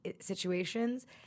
situations